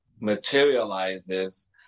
materializes